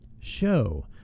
show